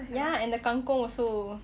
ya and the kang kong also